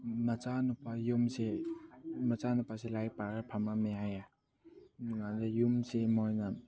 ꯃꯆꯥ ꯅꯨꯄꯥ ꯌꯨꯝꯁꯦ ꯃꯆꯥ ꯅꯨꯄꯥꯁꯦ ꯂꯥꯏꯔꯤꯛ ꯄꯥꯔꯒ ꯐꯝꯃꯝꯃꯦ ꯍꯥꯏꯌꯦ ꯑꯗ ꯌꯨꯝꯁꯦ ꯃꯣꯏꯅ